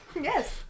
Yes